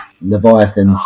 Leviathan